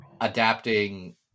adapting